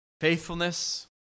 faithfulness